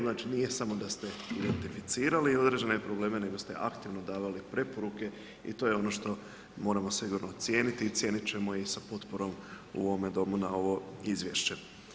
Znači, nije samo da ste identificirali određene probleme nego ste aktivno davali preporuke i to je ono što moramo sigurno cijeniti i cijeniti ćemo i sa potporom u ovome domu na ovo izvješće.